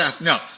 no